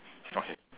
okay